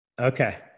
Okay